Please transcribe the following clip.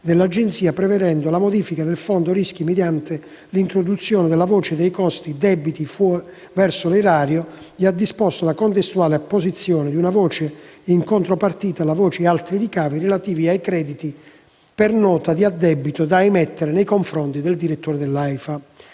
dell'Agenzia, prevedendo la modifica del fondo rischi mediante l'introduzione della voce dei costi «debiti verso l'erario», e ha disposto la contestuale apposizione di una voce in contropartita alla voce «altri ricavi», relativa ai crediti per nota di addebito da emettere nei confronti del direttore dell'AIFA.